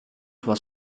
sua